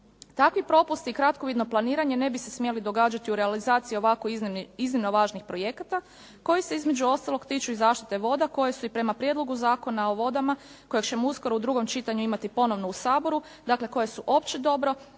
Takvi propusti i kratkovidno planiranje ne bi smjeli događati u realizaciji ovako iznimno važnih projekata koji se između ostalog tiču i zaštite voda koje su i prema Prijedlogu zakona o vodama, kojeg ćemo uskoro u drugom čitanju imati ponovno u Saboru, dakle koje su opće dobro